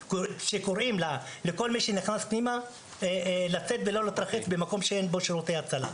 שקוראים לכל מי שנכנס פנימה לצאת ולא להתרחץ במקום שאין בו שירותי הצלה.